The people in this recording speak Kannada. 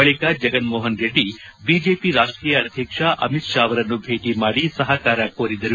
ಬಳಿಕ ಜಗನ್ ಮೋಪನ್ ರೆಡ್ಡಿ ಬಿಜೆಪಿ ರಾಷ್ಷೀಯ ಅಧ್ಯಕ್ಷ ಅಮಿತ್ ಷಾ ಅವರನ್ನು ಭೇಟಿ ಮಾಡಿ ಸಹಕಾರ ಕೋರಿದರು